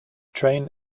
train